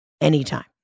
anytime